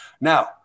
Now